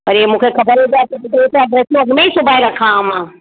अरे मूंखे ख़बर हुजे आहे त टे चारि ड्रैसियूं अॻिमें ई सिबाइ रखां हा मां